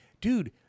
Dude